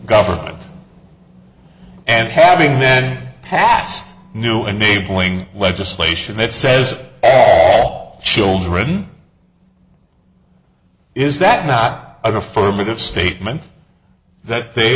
government and having met passed new enabling legislation that says all children is that not a affirmative statement that they